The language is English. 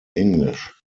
english